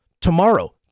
tomorrow